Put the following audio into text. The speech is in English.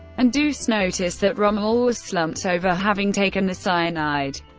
and doose noticed that rommel was slumped over, having taken the cyanide.